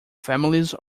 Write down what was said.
families